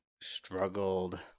struggled